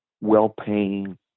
well-paying